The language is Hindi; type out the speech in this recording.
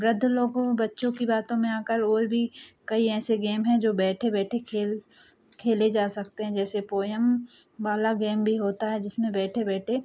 वृद्ध लोगों बच्चों की बातों में आकर वे भी कई ऐसे गेम हैं जो बैठे बैठे खेल खेले जा सकते हैं जैसे पोयम वाला गेम भी होता है जिसमें बैठे बैठे